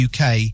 UK